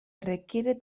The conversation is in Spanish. requiere